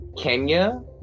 Kenya